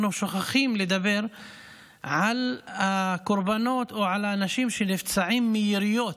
אנחנו שוכחים לדבר על הקורבנות או על האנשים שנפצעים מיריות.